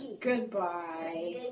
Goodbye